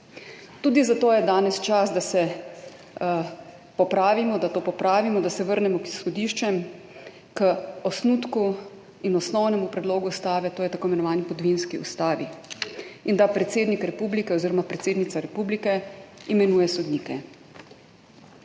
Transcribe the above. Tudi zato je danes čas, da to popravimo, da se vrnemo k izhodiščem, k osnutku in osnovnemu predlogu ustave, to je k tako imenovani podvinski ustavi, in da predsednik republike oziroma predsednica republike imenuje sodnike.